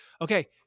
okay